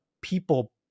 people